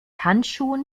handschuhen